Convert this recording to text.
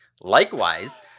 Likewise